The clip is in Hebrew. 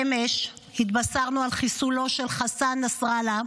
אמש התבשרנו על חיסולו של חסן נסראללה,